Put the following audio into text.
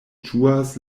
ĝuas